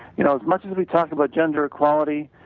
you know as much as we talk about gender equality,